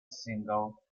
single